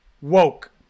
woke